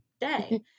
day